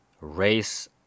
race